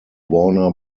warner